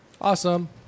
Awesome